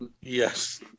Yes